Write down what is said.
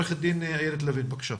בבקשה.